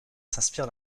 s’inspire